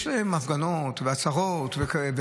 יש להם הפגנות ועצרות,